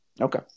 Okay